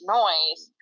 noise